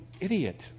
idiot